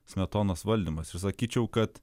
smetonos valdymas ir sakyčiau kad